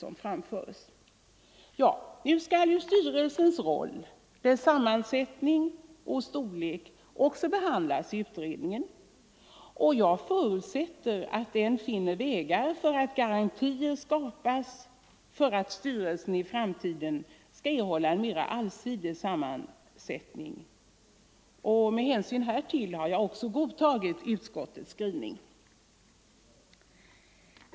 Nu skall också frågan om styrelsens roll, sammansättning och storlek behandlas av utredningen, och jag förutsätter att utredningen då finner vägar som garanterar att styrelsen i framtiden erhåller en mera allsidig sammansättning. Med hänsyn härtill har jag godtagit utskottets skrivning.